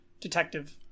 detective